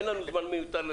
אין לנו זמן מיותר.